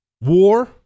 war